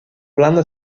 blando